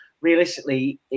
Realistically